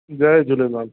Jay Jhulelal